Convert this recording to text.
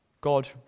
God